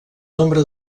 nombre